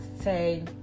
say